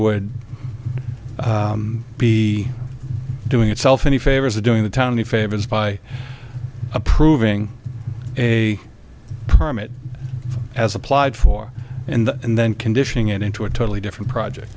would be doing itself any favors or doing the town any favors by approving a permit as applied for and and then conditioning it into a totally different project